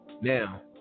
Now